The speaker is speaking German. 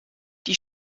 die